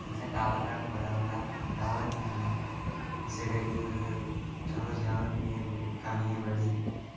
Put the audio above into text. उत्थै टावर घट्ट बड़ा आंदा ऐ टावर नी आंदा इस्सै करियै टावर शावर दी कमी ऐ बड़ी